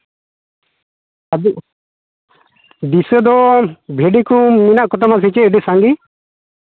ᱟᱵᱚ ᱫᱤᱥᱟᱹ ᱫᱚ ᱵᱷᱤᱰᱤ ᱠᱚ ᱢᱮᱱᱟᱜ ᱠᱚᱛᱟᱢᱟᱥᱮ ᱪᱮᱫ ᱟᱹᱰᱤ ᱥᱟᱸᱜᱮ